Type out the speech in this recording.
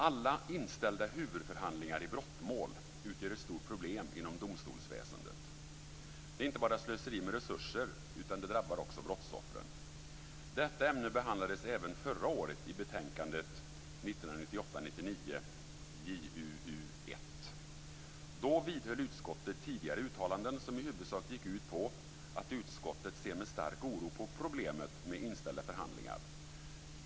Alla inställda huvudförhandlingar i brottmål utgör ett stort problem inom domstolsväsendet. Det är inte bara slöseri med resurser, utan det drabbar också brottsoffren. Detta ämne behandlades även förra året i betänkandet 1998/99:JuU1. Då vidhöll utskottet tidigare uttalanden som i huvudsak gick ut på att utskottet ser med stark oro på problemet med inställda förhandlingar.